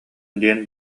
диэн